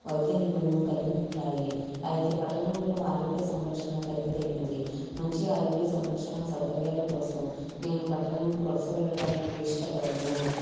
వైద్య నిపుణులు కలిగి ఉంటాయి అయితే పట్టణాల్లో ఆరోగ్య సంరక్షణ ఖరీదైనది మంచి ఆరోగ్య సంరక్షణా సౌకర్యాల కోసం నేను పట్టణానికి వలస వెళ్ళడానికి ఇష్టపడను